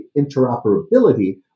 interoperability